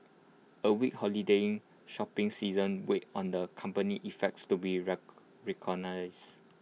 A weak holiday shopping season weighed on the company's efforts to reorganise